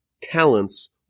talents